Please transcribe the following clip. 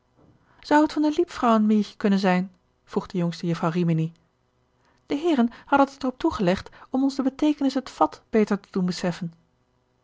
het van de liebfraûenmilch kunnen zijn vroeg de jongste jufvrouw rimini de heeren hadden het er op toegelegd om ons de beteekenis het vat beter te doen beseffen